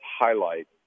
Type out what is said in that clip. highlight